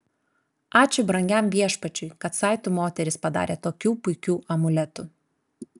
ačiū brangiam viešpačiui kad saitu moterys padarė tokių puikių amuletų